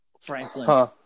Franklin